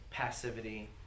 passivity